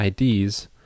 IDs